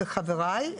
וחבריי,